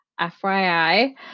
FYI